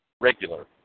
regular